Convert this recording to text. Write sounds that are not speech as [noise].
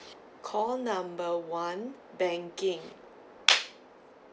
call number one banking [noise]